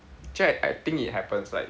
actually I I think it happens like